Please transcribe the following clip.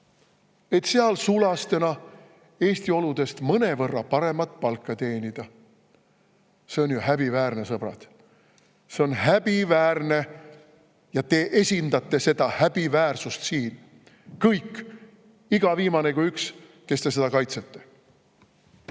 et seal sulastena Eesti oludest mõnevõrra paremat palka teenida. See on ju häbiväärne, sõbrad! See on häbiväärne! Ja te esindate seda häbiväärsust siin kõik, iga viimane kui üks teist, kes te